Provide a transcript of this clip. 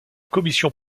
commission